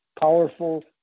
powerful